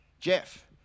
Jeff